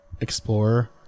Explorer